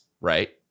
right